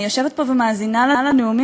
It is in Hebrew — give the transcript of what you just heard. אני יושבת פה ומאזינה לנאומים,